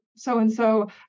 so-and-so